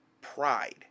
pride